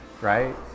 right